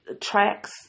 tracks